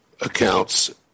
accounts